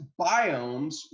biomes